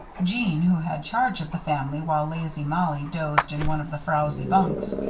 jeanne, who had charge of the family while lazy mollie dozed in one of the frowzy bunks,